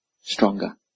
stronger